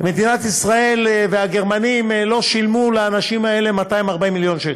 מדינת ישראל והגרמנים לא שילמו לאנשים האלה 240 מיליון שקל,